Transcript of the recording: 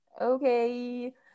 Okay